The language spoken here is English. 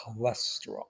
cholesterol